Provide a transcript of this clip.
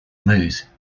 moose